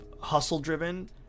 hustle-driven